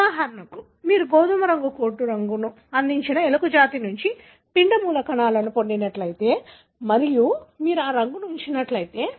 ఉదాహరణకు మీరు గోధుమ రంగు కోటు కోటు రంగును అందించిన ఎలుక జాతి నుండి పిండ మూలకణాలను మీరు పొందినట్లయితే మరియు మీరు ఆ రంగును ఉంచినట్లయితే